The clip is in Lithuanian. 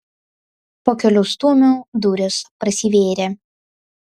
po kelių stūmių durys prasivėrė